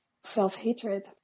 Self-hatred